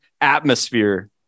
atmosphere